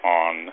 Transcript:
on